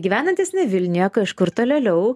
gyvenantis ne vilniuje kažkur tolėliau